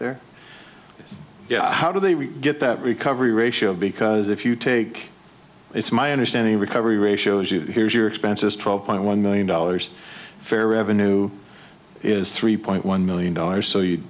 there yes how do they we get that recovery ratio because if you take it's my understanding of recovery ratios you here's your expenses twelve point one million dollars fair revenue is three point one million dollars so you